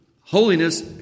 holiness